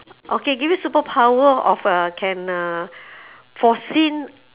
okay give you superpower of uh can uh foreseen